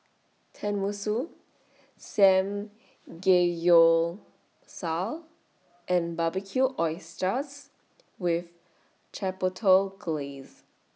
Tenmusu Samgeyopsal and Barbecued Oysters with Chipotle Glaze